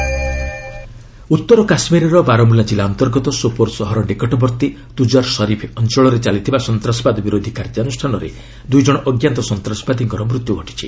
J and K terrorist kill ଉତ୍ତର କାଶ୍ମୀରର ବାରମ୍ବଲା କିଲ୍ଲା ଅନ୍ତର୍ଗତ ସୋପୋର ସହର ନିକଟବର୍ତ୍ତୀ ତୁଜାର ସରିଫ୍ ଅଞ୍ଚଳରେ ଚାଲିଥିବା ସନ୍ତାସବାଦ ବିରୋଧୀ କାର୍ଯ୍ୟାନୁଷ୍ଠାନରେ ଦୁଇ ଜଣ ଅଜ୍ଞାତ ସନ୍ତାସବାଦୀଙ୍କର ମୃତ୍ୟୁ ଘଟିଛି